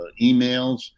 emails